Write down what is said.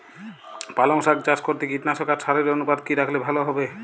পালং শাক চাষ করতে কীটনাশক আর সারের অনুপাত কি রাখলে ভালো হবে?